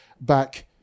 back